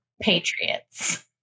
patriots